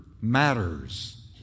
matters